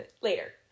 later